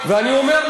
ואני אומר,